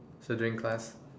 so during class